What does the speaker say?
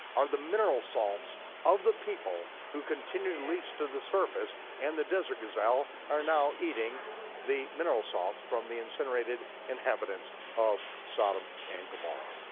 are the mineral salts of the people who continue to leach to the surface and the desert gazelle are now eating the mineral salts from the incinerated inhabitants of sodom and gomorrah.